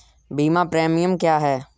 बीमा प्रीमियम क्या है?